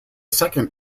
second